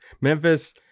Memphis